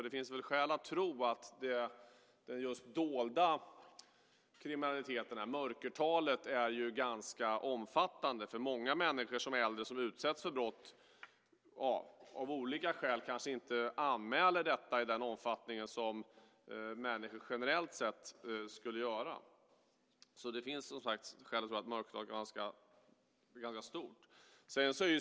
Det finns skäl att tro att just den dolda kriminaliteten, mörkertalet, är ganska omfattande. Många äldre som utsätts för brott kanske, av olika skäl, inte anmäler i den omfattning människor generellt sett skulle göra. Det finns skäl att tro att mörkertalet är stort.